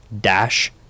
dash